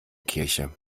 kirche